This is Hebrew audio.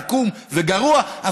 עקום וגרוע,